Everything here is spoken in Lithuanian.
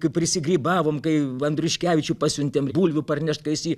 kaip prisigrybavom kai andriuškevičių pasiuntėm bulvių parnešt kai jisai